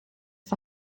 for